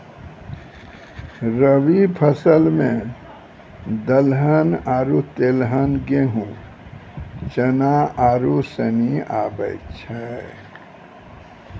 रवि फसल मे दलहन आरु तेलहन गेहूँ, चना आरू सनी आबै छै